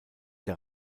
der